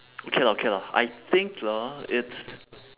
okay lah okay lah I think lah it's